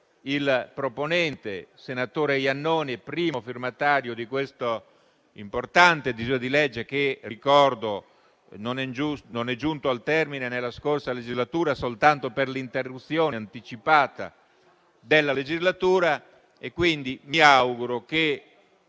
il proponente, senatore Iannone, primo firmatario di questo importante disegno di legge che - ricordo - non è giunto al termine nella scorsa legislatura soltanto per l'interruzione anticipata della stessa. E mi auguro che